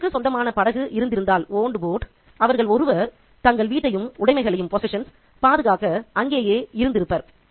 குடும்பத்திற்கு சொந்தமான படகு இருந்திருந்தால் அவர்களில் ஒருவர் தங்கள் வீட்டையும் உடைமைகளையும் பாதுகாக்க அங்கேயே இருந்து இருப்பார்